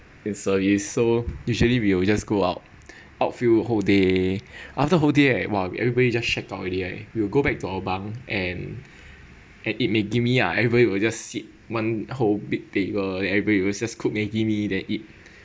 in service so usually we will just go out outfield whole day after whole day right !wah! everybody just shut out already right we will go back to our bunk and and eat maggie mee ah everybody will just sit one whole big table and we will just cook maggi mee then eat